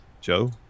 Joe